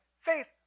Faith